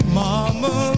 mama